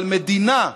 אבל מדינה,